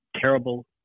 terrible